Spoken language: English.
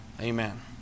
Amen